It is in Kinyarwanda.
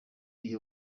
iyi